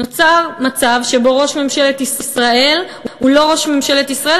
נוצר מצב שבו ראש ממשלת ישראל הוא לא ראש ממשלת ישראל,